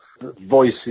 voices